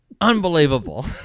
Unbelievable